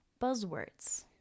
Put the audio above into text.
buzzwords